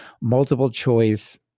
multiple-choice